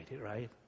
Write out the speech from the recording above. right